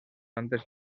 plantes